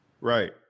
Right